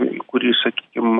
į kurį sakykim